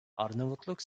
arnavutluk